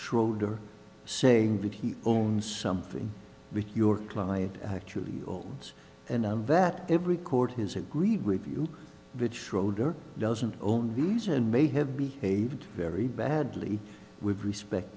schroeder saying that he owns something because your client actually opens and that every court his agreed review which schroeder doesn't own these and may have behaved very badly with respect